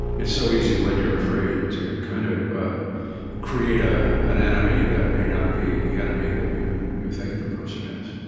it's so easy when you're afraid to kind of create ah an enemy that may not be the enemy that you think the person is